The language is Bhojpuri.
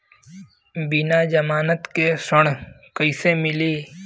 बिना जमानत के ऋण कईसे मिली?